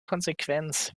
konsequenz